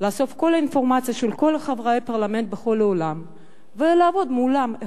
לאסוף כל האינפורמציה של כל חברי הפרלמנט בכל העולם ולעבוד מולם,